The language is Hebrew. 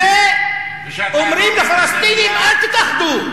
ואומרים לפלסטינים: אל תתאחדו,